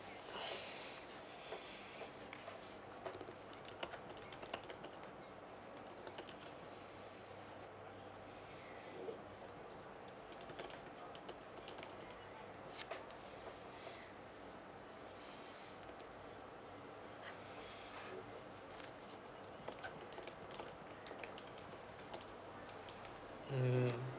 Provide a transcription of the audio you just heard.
mm